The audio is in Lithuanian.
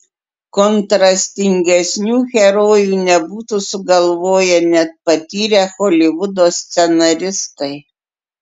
kontrastingesnių herojų nebūtų sugalvoję net patyrę holivudo scenaristai